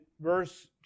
verse